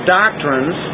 doctrines